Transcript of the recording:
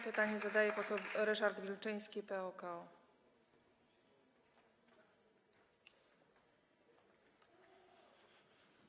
Pytanie zadaje poseł Ryszard Wilczyński, PO-KO.